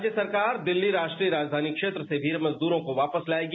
राज्य सरकार दिल्ली राष्ट्रीय राजधानी क्षेत्र से भी मजदूरों को वापस लाएगी